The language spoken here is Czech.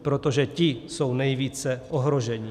Protože ti jsou nejvíce ohroženi.